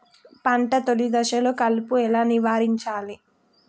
పంట తొలి దశలో కలుపు ఎలా నివారించాలి?